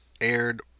Aired